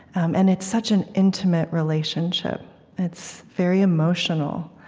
and it's such an intimate relationship it's very emotional.